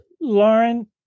Lauren